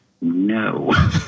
no